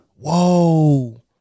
whoa